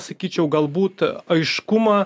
sakyčiau galbūt aiškumą